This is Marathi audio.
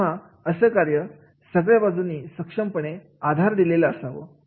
तेव्हा असं कार्य सगळ्या बाजूंनी सक्षमपणे आधार दिलेला असावा